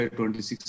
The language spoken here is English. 26